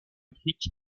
brick